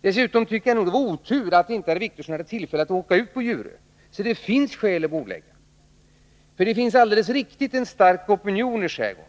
Dessutom vill jag säga att jag tycker det var otur att herr Wictorsson inte hade tillfälle att åka ut till Djurö. Det är skäl att bordlägga frågan, för det finns en mycket stark opinion i skärgården.